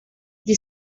die